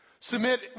Submit